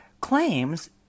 claims